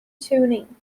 tuning